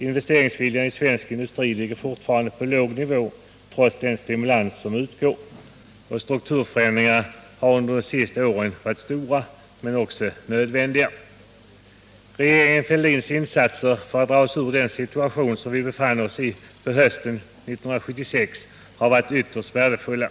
Investeringsviljan i svensk industri ligger fortfarande på en låg nivå, trots den stimulans som utgår. Strukturförändringarna har under de senaste åren varit stora men nödvändiga. Regeringen Fälldins insatser för att dra oss ur den situation som vi befann oss i på hösten 1976 har varit ytterst värdefulla.